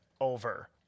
over